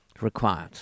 Required